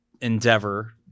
endeavor